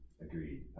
Agreed